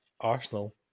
Arsenal